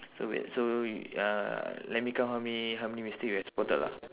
so wait so uh let me count how many how many mistake we have spotted lah